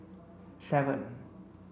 seven